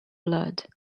blood